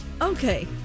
okay